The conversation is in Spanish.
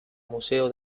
museo